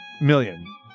million